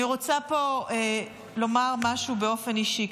אני רוצה לומר משהו באופן אישי.